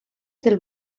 del